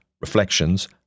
Reflections